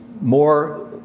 more